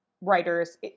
writers